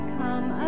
come